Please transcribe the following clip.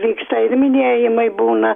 vyksta ir minėjimai būna